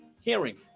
hearing